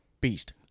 Beast